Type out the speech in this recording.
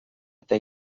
eta